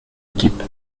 équipe